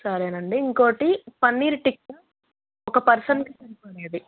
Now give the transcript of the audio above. సరేనండి ఇంకొకటి పనీర్ టిక్కా ఒక పర్సన్కి సరిపడేది